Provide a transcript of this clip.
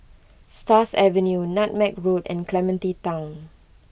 Stars Avenue Nutmeg Road and Clementi Town